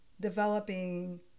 developing